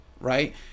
right